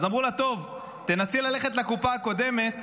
אמרו לה: טוב, תנסי ללכת לקופה הקודמת